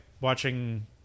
watching